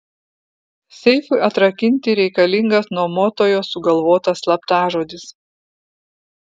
seifui atrakinti reikalingas nuomotojo sugalvotas slaptažodis